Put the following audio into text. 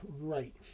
right